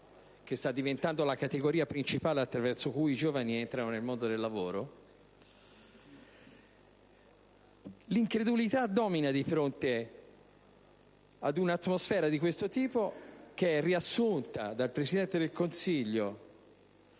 che sta diventando la categoria principale attraverso cui i giovani entrano nel mondo del lavoro. L'incredulità domina di fronte ad una atmosfera di questo tipo, che è riassunta del Presidente del Consiglio